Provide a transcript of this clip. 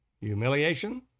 Humiliation